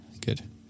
Good